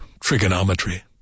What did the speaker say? trigonometry